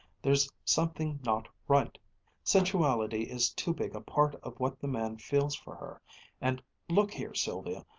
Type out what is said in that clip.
there's something not right sensuality is too big a part of what the man feels for her and look here, sylvia,